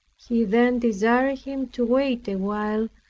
he then desired him to wait awhile,